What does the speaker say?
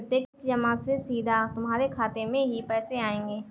प्रत्यक्ष जमा से सीधा तुम्हारे खाते में ही पैसे आएंगे